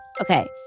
Okay